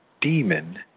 demon